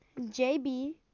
JB